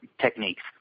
techniques